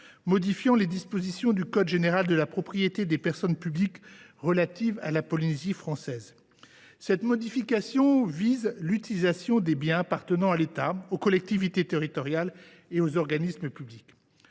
modifiant les dispositions du code général de la propriété des personnes publiques relatives à la Polynésie française. Cette évolution concerne l’utilisation des biens appartenant à l’État, aux collectivités territoriales et aux organismes publics.